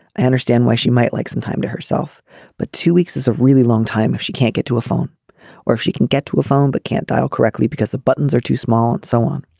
i understand why she might like some time to herself but two weeks is a really long time if she can't get to a phone or if she can get to a phone but can't dial correctly because the buttons are too small and so on.